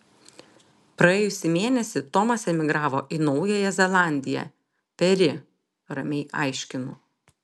praėjusį mėnesį tomas emigravo į naująją zelandiją peri ramiai aiškinu